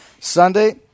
Sunday